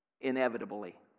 Inevitably